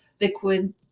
liquid